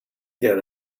get